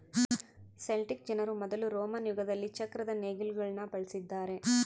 Celtic ಜನರು ಮೊದಲು Roman ಯುಗದಲ್ಲಿ ಚಕ್ರದ ನೇಗಿಲುಗುಳ್ನ ಬಳಸಿದ್ದಾರೆ